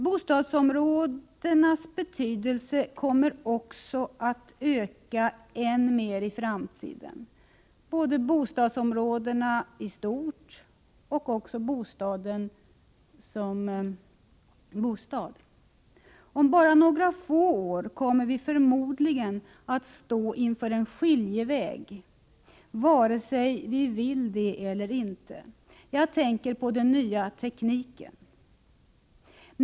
Bostadsområdenas betydelse kommer att öka än mer i framtiden — och det gäller både bostadsområdena i stort och bostaden som bostad. Om bara några få år kommer vi förmodligen att stå vid en skiljeväg, vare sig vi vill det eller inte. Jag tänker på den nya tekniken.